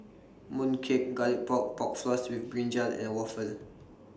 Mooncake Garlic Pork Pork Floss with Brinjal and Waffle